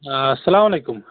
آ اسلامُ علیکُم